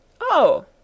Oh